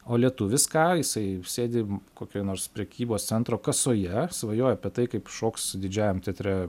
o lietuvis ką jisai sėdi kokioj nors prekybos centro kasoje svajoja apie tai kaip šoks didžiajam teatre